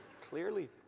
Clearly